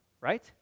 right